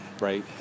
right